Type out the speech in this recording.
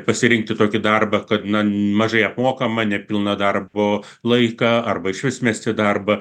pasirinkti tokį darbą kad mažai apmokamą nepilną darbo laiką arba išvis mesti darbą